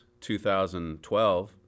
2012